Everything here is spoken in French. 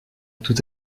tout